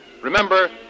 Remember